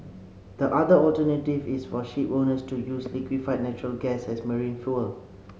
the other alternative is for shipowners to use liquefied natural gas as marine fuel